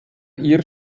ihr